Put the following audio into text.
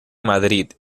madrid